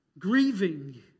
grieving